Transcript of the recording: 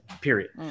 Period